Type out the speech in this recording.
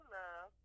love